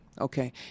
Okay